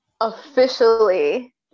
officially